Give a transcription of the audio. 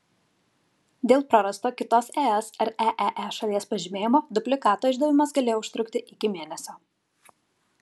dėl prarasto kitos es ar eee šalies pažymėjimo dublikato išdavimas galėjo užtrukti iki mėnesio